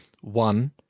one